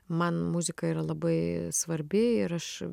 man muzika yra labai svarbi ir aš